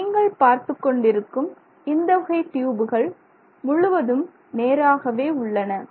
நீங்கள் பார்த்துக் கொண்டிருக்கும் இந்த வகை டியூபுகள் முழுவதும் நேராகவே உள்ளன